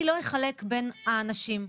אני לא אחלק בין האנשים,